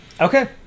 Okay